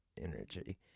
energy